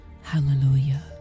Hallelujah